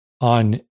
on